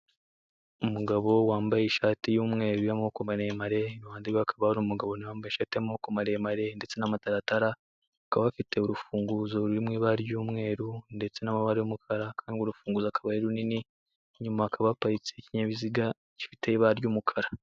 Umugabo wambaye ishati y'umweru y'amaboko maremare, iruhande hakaba hari umugabo na we wambaye ishati y'amaboko maremare ndetse n'amataratara; bakaba bafite urufunguzo ruri mu ibara ry'umweru ndetse n'amabara y'umukara kandi urufunguzo akabari runini, inyuma hakaba haparitse ikinyabiziga gifite ibara ry'umukara.